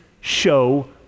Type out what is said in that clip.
show